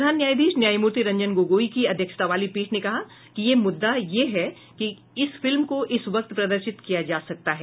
प्रधान न्यायाधीश न्यायमूर्ति रंजन गोगोई की अध्यक्षता वाली पीठ ने कहा कि मूद्दा यह है कि क्या इस फिल्म को इस वक्त प्रदर्शित किया जा सकता है